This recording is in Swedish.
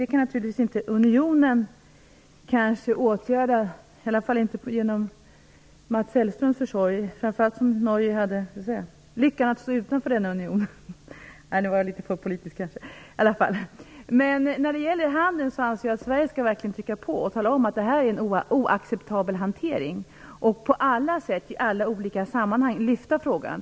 Det kanske unionen inte kan åtgärda, i alla fall inte genom Mats Hellströms försorg. Det gäller framför allt eftersom Norge har lyckan att stå utanför denna union. Nej, nu kanske jag var litet för politisk. När det gäller handeln anser jag att Sverige verkligen skall trycka på och tala om att det här är en oacceptabel hantering. Vi skall på alla sätt i alla olika sammanhang lyfta fram frågan.